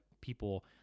people